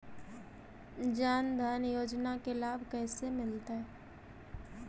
जन धान योजना के लाभ कैसे मिलतै?